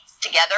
together